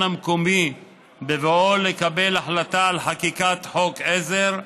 המקומי בבואו לקבל החלטה על חקיקת חוק עזר,